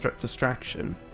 distraction